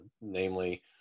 namely